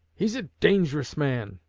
he's a dangerous man,